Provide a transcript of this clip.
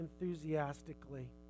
enthusiastically